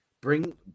Bring